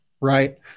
right